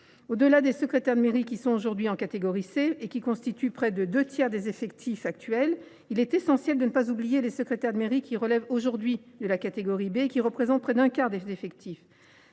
Au delà des secrétaires de mairie qui sont aujourd’hui en catégorie C et qui constituent près des deux tiers des effectifs actuels, il est essentiel de ne pas oublier les secrétaires de mairie relevant aujourd’hui de la catégorie B, qui représentent près d’un quart des effectifs.